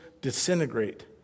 disintegrate